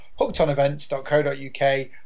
hookedonevents.co.uk